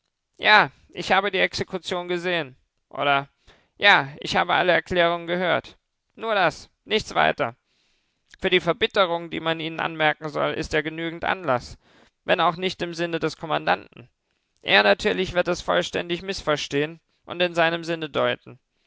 ja ich habe die exekution gesehen oder ja ich habe alle erklärungen gehört nur das nichts weiter für die verbitterung die man ihnen anmerken soll ist ja genügend anlaß wenn auch nicht im sinne des kommandanten er natürlich wird es vollständig mißverstehen und in seinem sinne deuten